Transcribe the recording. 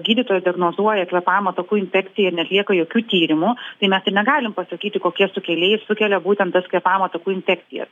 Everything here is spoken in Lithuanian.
gydytojas diagnozuoja kvėpavimo takų infekciją ir neatlieka jokių tyrimų tai mes ir negalim pasakyti kokie sukėlėjai sukelia būtent tas kvėpavimo takų infekcijas